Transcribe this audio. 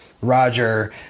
Roger